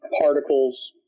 particles